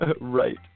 right